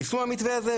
לצורך יישום המתווה הזה,